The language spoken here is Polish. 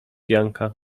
janka